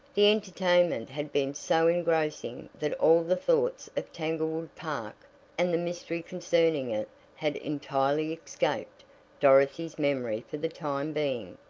the entertainment had been so engrossing that all the thoughts of tanglewood park and the mystery concerning it had entirely escaped dorothy's memory for the time being.